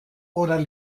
oder